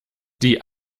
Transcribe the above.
die